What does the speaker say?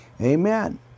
Amen